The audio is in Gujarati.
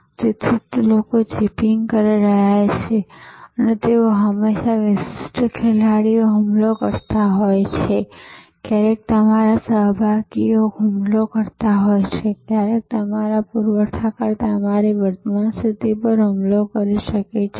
તેથી ખોરાક નાસ્તો બપોરનુ જમવાનું રાત્રિભોજનના આ બધા ઉભરતા સ્વરૂપો રાત્રિભોજન નહીં પરંતુ હું કહીશ કે પેક્ડ જમવાનું પેક્ડ નાસ્તો વિતરણ પધ્ધતિ વિરુદ્ધ ડબ્બાવાલાઓ છે